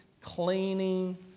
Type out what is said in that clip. cleaning